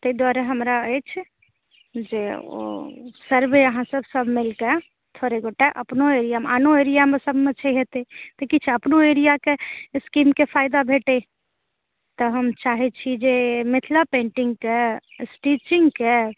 ताहि दुआरे हमरा अछि जे ओ सर्वे अहाँ सभ मिलिके थोड़े गोटा अपनो एरिया आनो एरियासभमेसँ हेतै तऽ किछु अपनो एरियाके स्कीमके फायदा भेंटए तऽ हम चाहैत छी जे मिथिला पेंटिङ्गके स्टीचिङ्गके